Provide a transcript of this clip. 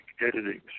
editing